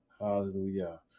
Hallelujah